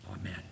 Amen